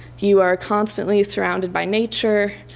you are constantly surrounded by nature.